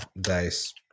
dice